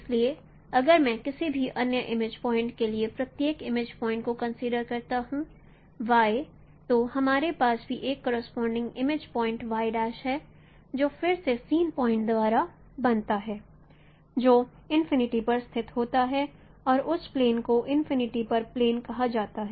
इसलिए अगर मैं किसी भी अन्य इमेज पॉइंट के लिए प्रत्येक इमेज पॉइंट को कंसीडर करता हूं y तो हमारे पास भी एक करोसपोंडिंग इमेज पॉइंट है जो फिर से सीन पॉइंट द्वारा बनता है जो इनफिनिटी पर स्थित होता है और उस प्लेन को इनफिनिटी पर प्लेन कहा जाता है